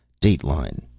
Dateline